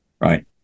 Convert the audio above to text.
right